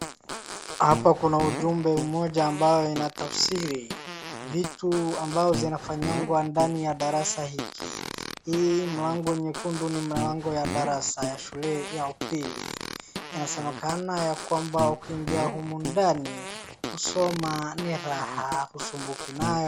Hapa kuna ujumbe mmoja ambaye inatafsiri vitu ambayo zinafanyangwa ndani ya darasa hiki. Hii mlango nyekundu ni mlango ya darasa ya shule ya upili. Inasemekana yakwamba ukiingia humu ndani, kusoma ni raha husumbuki nayo.